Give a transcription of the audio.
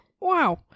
Wow